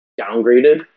downgraded